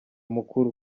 mukuru